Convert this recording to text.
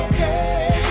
Okay